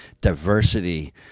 diversity